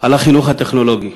על החינוך הטכנולוגי.